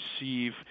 receive